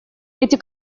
эти